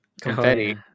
confetti